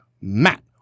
matt